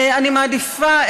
אני מעדיפה,